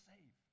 save